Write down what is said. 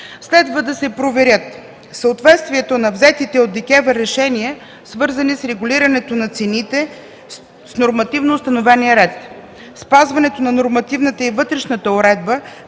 следва да се проверят: - съответствието на взетите от ДКЕВР решения, свързани с регулирането на цените с нормативно установения ред; - спазването на нормативната и вътрешната уредба